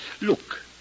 Look